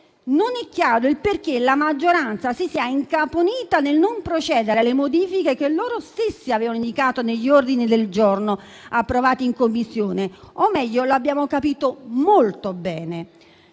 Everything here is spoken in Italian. Non è chiaro perché i colleghi della maggioranza si siano incaponiti nel non procedere alle modifiche che loro stessi avevano indicato negli ordini del giorno approvati in Commissione; o meglio, l'abbiamo capito molto bene: